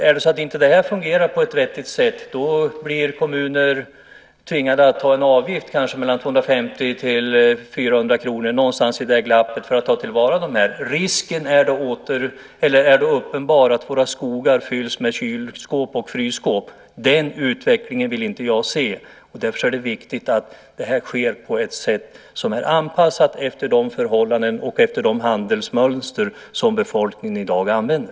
Om detta inte fungerar på ett vettigt sätt blir kommuner tvingade att ta ut en avgift på 250-400 kr för att ta hand om dessa saker. Risken är då uppenbar att våra skogar fylls med kylskåp och frysskåp. Den utvecklingen vill jag inte se. Därför är det viktigt att detta sker på ett sätt som är anpassat efter de förhållanden och efter de handelsmönster som befolkningen i dag har.